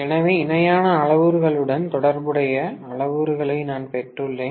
எனவே இணையான அளவுருக்களுடன் தொடர்புடைய அளவுருக்களை நான் பெற்றுள்ளேன்